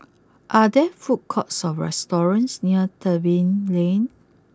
are there food courts or restaurants near Tebing Lane